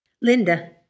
Linda